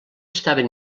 estaven